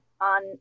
on